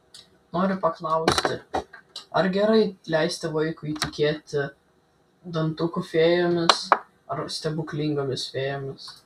noriu paklausti ar gerai leisti vaikui tikėti dantukų fėjomis ar stebuklingomis fėjomis